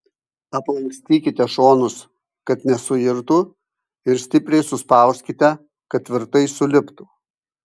aplankstykite šonus kad nesuirtų ir stipriai suspauskite kad tvirtai suliptų